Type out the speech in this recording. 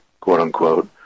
quote-unquote